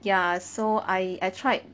ya so I I tried